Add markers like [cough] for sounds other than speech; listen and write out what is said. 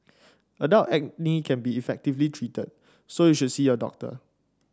adult [unintelligible] acne can be effectively treated so you should see your doctor